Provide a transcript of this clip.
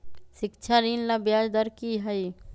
शिक्षा ऋण ला ब्याज दर कि हई?